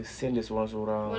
kesian dia seorang seorang